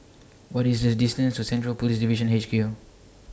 What IS The distance to Central Police Division H Q